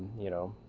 you know,